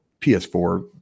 ps4